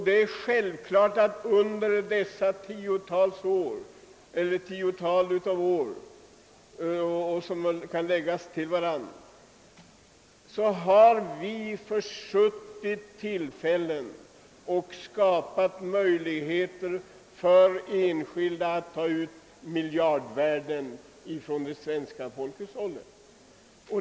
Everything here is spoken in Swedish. Det är självklart att vi under dessa tiotal och åter tiotal av år har försuttit tillfällen och skapat möjligheter för enskilda att ta ut miljardvärden ifrån det svenska folkhushållet.